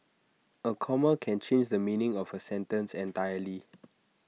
A comma can change the meaning of A sentence entirely